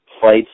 fights